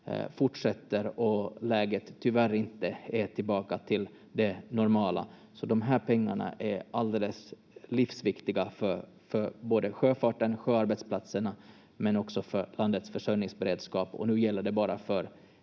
fortsätter och läget tyvärr inte är tillbaka till det normala. Så de här pengarna är alldeles livsviktiga för sjöfarten, sjöarbetsplatserna, men också för landets försörjningsberedskap, och nu gäller det bara för